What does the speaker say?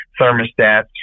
thermostats